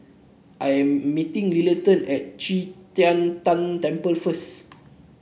I am meeting Littleton at Qi Tian Tan Temple first